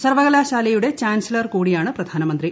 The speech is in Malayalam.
സർവകലാശാലയുടെ ചാൻസലർ കൂടിയാണ് പ്രധാനമന്ത്രി